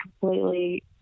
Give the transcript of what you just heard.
completely